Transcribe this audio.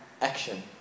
action